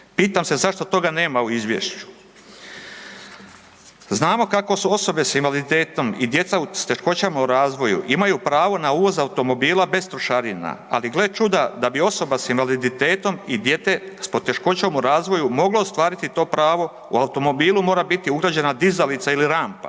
Pitam se zašto toga nema u izvješću? Znamo kako su osobe s invaliditetom i djeca s teškoćama u razvoju imaju pravo na uvoz automobila bez trošarina, ali gle čuda da bi osoba s invaliditetom i dijete s poteškoćom u razvoju moglo ostvariti to pravo u automobilu mora biti ugrađena dizalica ili rampa,